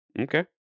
Okay